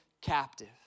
captive